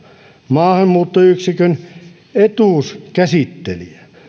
maahanmuuttoyksikön etuuskäsittelijä